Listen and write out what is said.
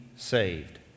saved